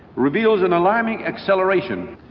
reveals an alarming acceleration.